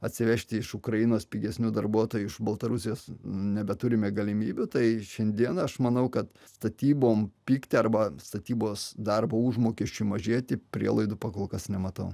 atsivežti iš ukrainos pigesnių darbuotojų iš baltarusijos nebeturime galimybių tai šiandien aš manau kad statybom pigti arba statybos darbo užmokesčiui mažėti prielaidų kol kas nematau